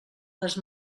les